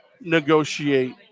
negotiate